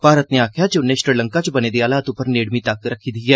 भारत नै आखेआ ऐ जे उन्नै श्रीलंका च बने दे हालात उप्पर नेड़मी तक्क रक्खी दी ऐ